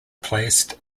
placed